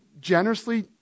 generously